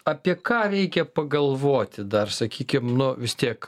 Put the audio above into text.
apie ką reikia pagalvoti dar sakykim nu vis tiek